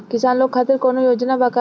किसान लोग खातिर कौनों योजना बा का?